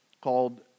called